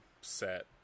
set